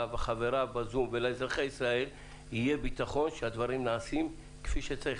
וחבריו ולאזרחי ישראל יהיה ביטחון שהדברים נעשים כפי שצריך,